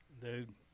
Dude